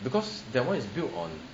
because that [one] is built on